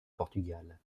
portugal